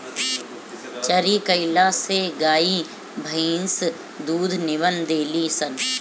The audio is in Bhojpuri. चरी कईला से गाई भंईस दूध निमन देली सन